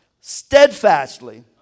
steadfastly